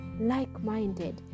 like-minded